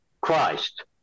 Christ